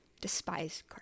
despise